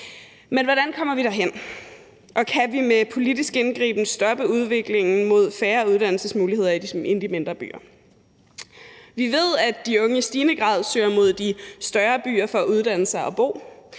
Men hvordan kommer vi derhen? Og kan vi med politisk indgriben stoppe udviklingen mod færre uddannelsesmuligheder i de mindre byer? Vi ved, at de unge i stigende grad søger mod de større byer for at uddanne sig og bo.